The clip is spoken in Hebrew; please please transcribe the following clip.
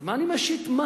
אז מה אני משית מס?